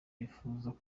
bifuzaga